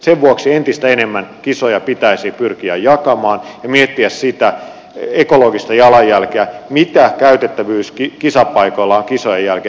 sen vuoksi entistä enemmän kisoja pitäisi pyrkiä jakamaan ja pitäisi miettiä sitä ekologista jalanjälkeä sitä mikä käytettävyys kisapaikalla on kisojen jälkeen